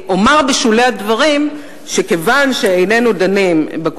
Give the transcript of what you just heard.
אומר בשולי הדברים שכיוון שאיננו דנים לפי